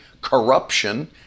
corruption